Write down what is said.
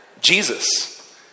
Jesus